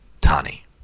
Tani